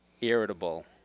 irritable